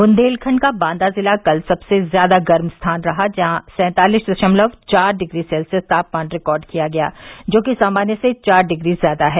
बुन्देलखंड का बांदा जिला कल सबसे ज्यादा गर्म स्थान रहा जहां सैंतालीस दशमलव चार डिग्री सेल्सियस तापमान दर्ज किया गया र्जो सामान्य से चार डिग्री ज्यादा है